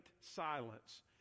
silence